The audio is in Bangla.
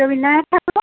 রবীন্দ্রনাথ ঠাকুরের